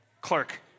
clerk